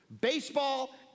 Baseball